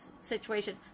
situation